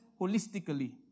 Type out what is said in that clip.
holistically